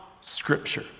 scripture